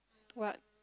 what